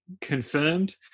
confirmed